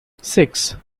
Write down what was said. six